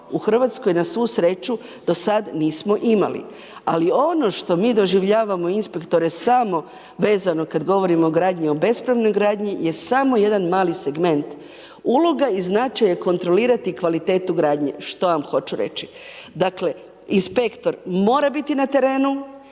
u Hrvatskoj na svu sreću do sad nismo imali. Ali ono što mi doživljavamo inspektore samo vezano kad govorimo o gradnji o bespravnoj gradnji je samo jedan mali segment, uloga i značaj je kontrolirati kvalitetu gradnje. Što vam hoću reći? Dakle, inspektor mora biti na terenu,